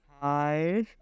Hi